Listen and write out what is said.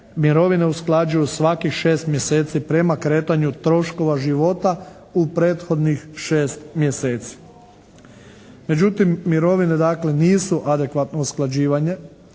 mirovine usklađuju svakih 6 mjeseci prema kretanju troškova života u prethodnih 6 mjeseci. Međutim, mirovine nisu dakle adekvatno usklađivane